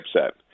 upset